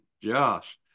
Josh